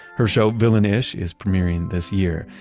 her show, villian-ish, is premiering this year,